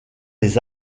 les